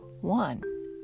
One